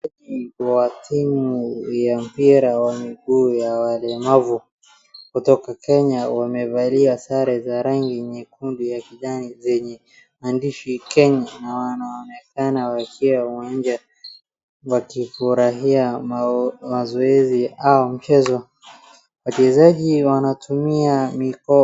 Wachezaji wa timu ya mpira wa miguu ya walemavu kutoka Kenya wamevalia sare za rangi nyekundu ya kijani zenye maandishi Kenya na wanaonekana wakiwa uwanja wakifurahia mazoezi au mchezo. Wachezaji wanatumia miko...